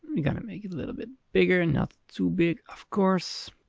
we got to make it a little bit bigger and not too big of course,